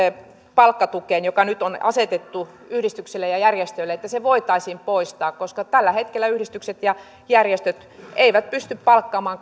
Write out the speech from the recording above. palkkatukeen joka nyt on asetettu yhdistyksille ja järjestöille voitaisiin poistaa koska tällä hetkellä yhdistykset ja järjestöt eivät pysty palkkaamaan